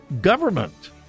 government